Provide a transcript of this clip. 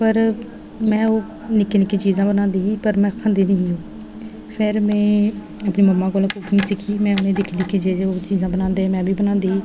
पर में ओह् निक्की निक्की चीजां बनांदी ही पर में खंदी नेईं ही ओह् फिर में अपनी मम्मा कोला कुकिंग सिक्खी ते जेह्ड़ियां ओह् चीजां बनांदे हे में बी बनांदी ही